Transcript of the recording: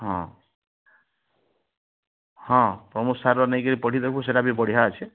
ହଁ ହଁ ପ୍ରମୋଦ ସାର୍ର ନେଇକି ପଢ଼ିବୁ ସେଇଟା ବି ବଢ଼ିଆ ଅଛେ